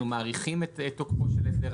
אנחנו מאריכים את תוקפו של ההסדר.